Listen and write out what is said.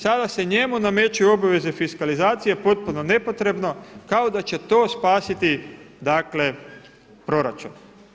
Sada se njemu nameću obveze fiskalizacije potpuno nepotrebno kako da će to spasiti dakle proračun.